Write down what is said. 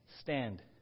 Stand